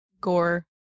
gore